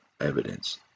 evidence